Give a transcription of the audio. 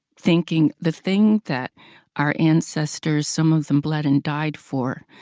thinking the thing that our ancestors, some of them bled and died for,